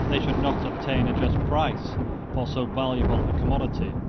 they should not obtain a just price for so valuable a commodity,